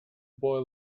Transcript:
boy